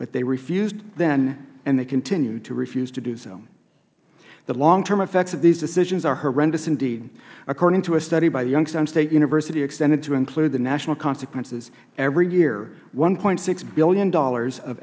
but they refused then and they continue to refuse to do so the longterm effects of these decisions are horrendous indeed according to a study by youngstown state university extended to include the national consequences every year one dollar sixty cents billion